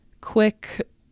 Quick